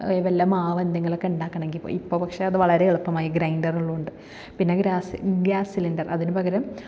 വല്ല മാവ് എന്തെങ്കിലൊക്കെ ഉണ്ടാക്കണങ്കിൽ ഇപ്പം പക്ഷേ വളരെ എളുപ്പമായി ഗ്രൈൻഡർ ഉള്ളോണ്ട് പിന്നെ ഗ്രാസ് ഗ്യാസ് സിലിണ്ടർ അതിന് പകരം